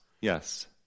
Yes